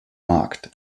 markt